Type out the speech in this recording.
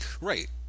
Right